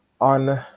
On